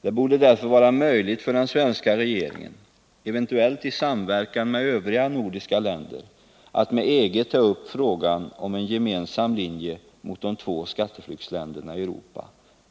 Det borde därför vara möjligt för den svenska regeringen, eventuellt i samverkan med de övriga nordiska länderna, att med EG ta upp frågan om en gemensam linje mot de två skatteflyktsländerna i Europa.